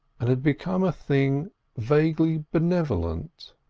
and had become a thing vaguely benevolent.